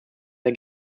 der